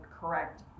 correct